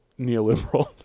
neoliberal